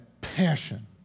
passion